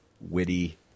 witty